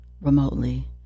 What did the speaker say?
remotely